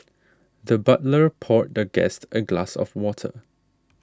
the butler poured the guest a glass of water